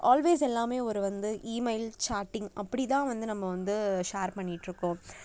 always எல்லாமே ஒரு வந்து ஈமெயில் சாட்டிங் அப்படி தான் வந்து நம்ம வந்து ஷேர் பண்ணிகிட்டிருக்கோம்